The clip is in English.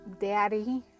Daddy